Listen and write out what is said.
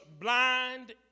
blind